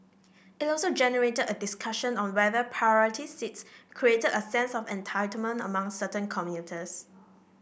it also generated a discussion on whether priority seats created a sense of entitlement among certain commuters